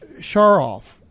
Sharoff